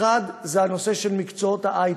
האחד זה הנושא של מקצועות ההייטק.